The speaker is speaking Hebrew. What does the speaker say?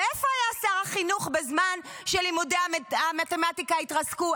ואיפה היה שר החינוך בזמן שלימודי המתמטיקה התרסקו?